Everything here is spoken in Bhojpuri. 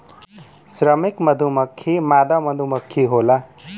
श्रमिक मधुमक्खी मादा मधुमक्खी होला